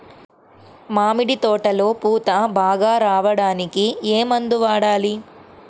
మామిడి తోటలో పూత బాగా రావడానికి ఏ మందు వాడాలి?